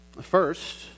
First